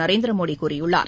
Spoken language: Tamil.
நரேந்திரமோடி கூறியுள்ளார்